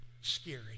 Scary